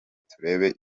turebe